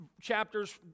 chapters